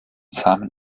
samen